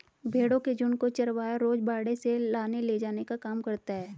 भेंड़ों के झुण्ड को चरवाहा रोज बाड़े से लाने ले जाने का काम करता है